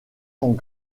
sont